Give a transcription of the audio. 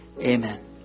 Amen